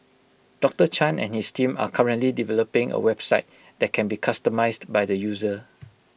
doctor chan and his team are currently developing A website that can be customised by the user